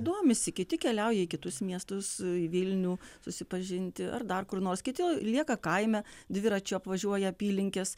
domisi kiti keliauja į kitus miestus į vilnių susipažinti ar dar kur nors kiti lieka kaime dviračiu apvažiuoja apylinkes